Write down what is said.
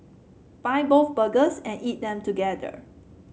buy both burgers and eat them together